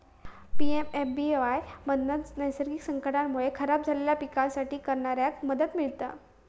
PMFBY मधना नैसर्गिक संकटांमुळे खराब झालेल्या पिकांसाठी करणाऱ्याक मदत मिळता